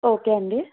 okay అండి